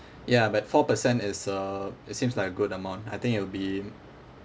ya but four percent is uh it seems like a good amount I think it'll be